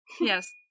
Yes